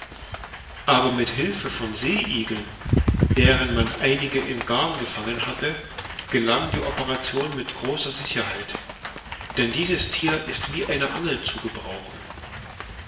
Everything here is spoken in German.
aber mit hilfe von see igeln deren man einige im garn gefangen hatte gelang die operation mit großer sicherheit denn dieses thier ist wie eine angel zu gebrauchen